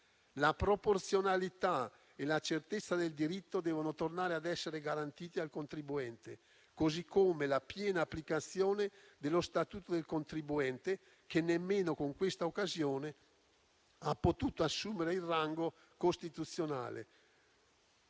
La proporzionalità e la certezza del diritto devono tornare a essere garantiti al contribuente, così come la piena applicazione dello statuto del contribuente, che nemmeno con questa occasione ha potuto assumere il rango costituzionale.